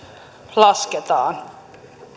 lasketaan